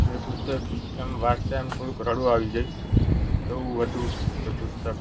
તે પુસ્તક આમ વાંચતા એમ થોડુંક રડું આવી જાય એવું હતું એ પુસ્તક